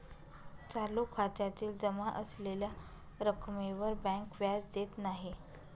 चालू खात्यातील जमा असलेल्या रक्कमेवर बँक व्याज देत नाही